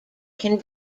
can